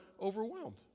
overwhelmed